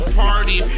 party